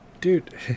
Dude